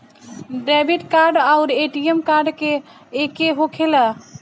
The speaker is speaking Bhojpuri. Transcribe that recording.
डेबिट कार्ड आउर ए.टी.एम कार्ड एके होखेला?